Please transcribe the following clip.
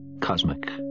cosmic